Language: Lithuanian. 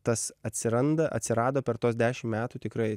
tas atsiranda atsirado per tuos dešim metų tikrai